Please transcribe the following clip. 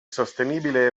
sostenibile